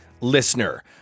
listener